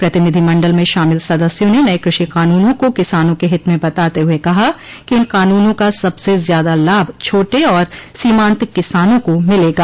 प्रतिनिधिमण्डल में शामिल सदस्यों ने नये कृषि कानूनों को किसानों के हित में बताते हुए कहा कि इन कानूनों का सबसे ज्यादा लाभ छोटे और सीमान्त किसानों को मिलेगा